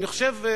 אני חושב,